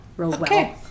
Okay